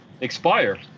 expire